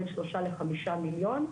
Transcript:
בין שלושה לחמישה מיליון.